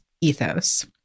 ethos